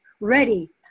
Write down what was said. ready